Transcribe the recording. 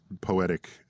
poetic